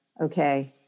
okay